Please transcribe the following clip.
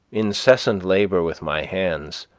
incessant labor with my hands,